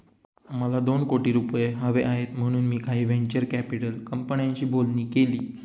मला दोन कोटी रुपये हवे आहेत म्हणून मी काही व्हेंचर कॅपिटल कंपन्यांशी बोलणी केली